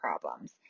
problems